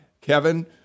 Kevin